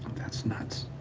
that's nuts.